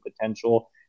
potential